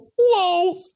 whoa